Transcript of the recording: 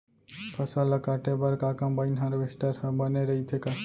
फसल ल काटे बर का कंबाइन हारवेस्टर मशीन ह बने रइथे का?